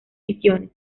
misiones